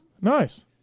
Nice